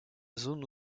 zone